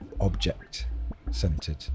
object-centered